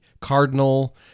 cardinal